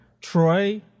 Troy